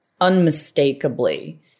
unmistakably